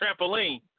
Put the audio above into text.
trampoline